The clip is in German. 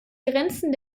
grenzen